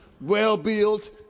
well-built